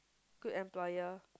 good employer